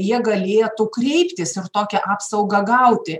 jie galėtų kreiptis ir tokią apsaugą gauti